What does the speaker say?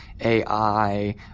AI